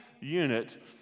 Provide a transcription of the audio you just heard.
unit